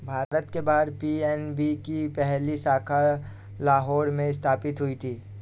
भारत के बाहर पी.एन.बी की पहली शाखा लाहौर में स्थापित हुई थी